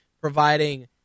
providing